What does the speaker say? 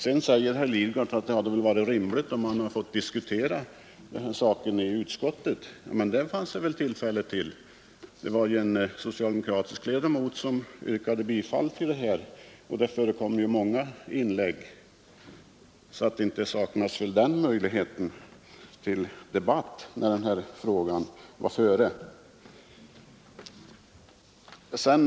Herr Lidgard säger att det hade varit rimligt att diskutera den här saken i utskottet. Det fanns tillfälle till detta. Det var ju en socialdemokratisk utskottsledamot som yrkade bifall till denna fråga, många inlägg förekom och möjlighet till debatt saknades inte när denna fråga togs upp.